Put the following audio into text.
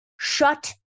shut